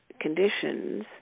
conditions